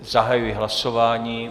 Zahajuji hlasování.